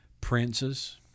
princes